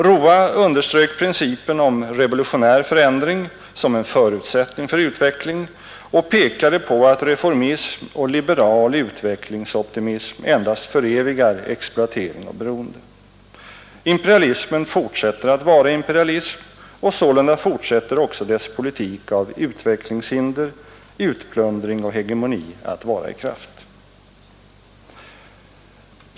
Roa underströk principen om revolutionär förändring som en förutsättning för utveckling och pekade på att reformism och liberal utvecklingsoptimism endast förevigar exploatering och beroende. Impe rialismen fortsätter att vara imperialism och sålunda fortsätter också dess politik av utvecklingshinder, utplundring och hegemoni att vara i kraft.